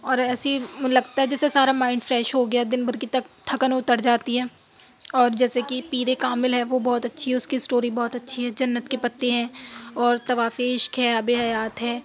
اور ایسی لگتا ہے جیسے سارا مائنڈ فریش ہو گیا دِن بھر کی تک تھکن اُتر جاتی ہے اور جیسے کہ پیرے کامل ہے وہ بہت اچھی ہے اُس کی اسٹوری بہت اچھی ہے جنت کے پتے ہیں اور طواف عشق ہے آب حیات ہے